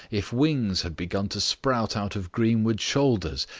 if wings had begun to sprout out of greenwood's shoulders,